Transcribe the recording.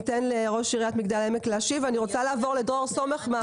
ניתן לראש עיריית מגדל העמק להשיב ואני רוצה לעבור לדרור סומך מהמפעל.